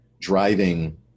driving